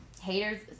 haters